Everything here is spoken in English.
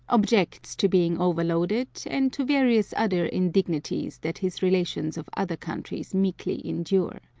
objects to being overloaded, and to various other indignities that his relations of other countries meekly endure.